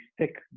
stick